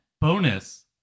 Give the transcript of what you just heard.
bonus